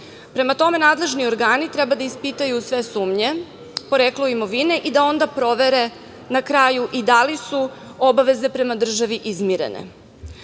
Prema tome, nadležni organi treba da ispitaju sve sumnje, poreklo imovine i da onda provere na kraju i da li su obaveze prema državi izmirene. Ako